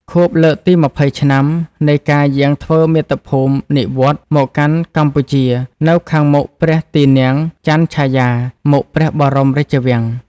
ខួបលើកទី២០ឆ្នាំ នៃការយាងធ្វើមាតុភូមិនិវត្តន៍មកកាន់កម្ពុជា នៅខាងមុខព្រះទីនាំងចន្ទឆាយា មុខព្រះបរមរាជវាំង។